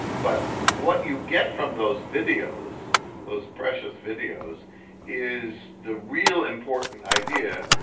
but what you get from those videos those precious videos is the real important idea,